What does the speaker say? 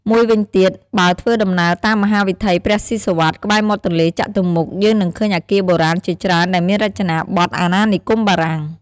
មួយវិញទៀត បើធ្វើដំណើរតាមមហាវិថីព្រះស៊ីសុវត្ថិ ក្បែរមាត់ទន្លេចតុមុខ យើងនឹងឃើញអគារបុរាណជាច្រើនដែលមានរចនាបថអាណានិគមបារាំង។